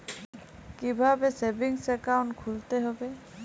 কীভাবে savings account খুলতে হবে?